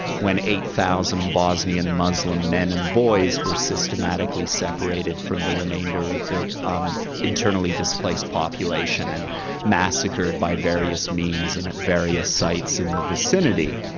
when eight thousand bosnian muslim men and boys were systematically separated from the remainder of the internally displaced population and massacred by various means and at various sites in the vicinity.